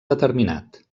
determinat